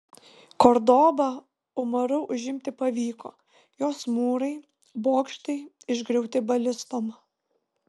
kordobą umaru užimti pavyko jos mūrai bokštai išgriauti balistom